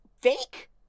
fake